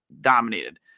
dominated